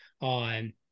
on